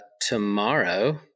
Tomorrow